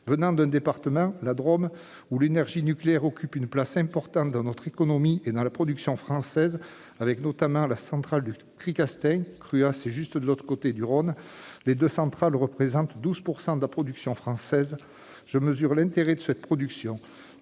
viens d'un département, la Drôme, où l'énergie nucléaire occupe une place importante, tant dans l'économie locale que dans la production française, avec notamment la centrale du Tricastin, Cruas-Meysse étant juste de l'autre côté du Rhône. Ces deux centrales représentent 12 % de la production française. Je mesure donc l'intérêt de cette production.